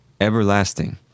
Everlasting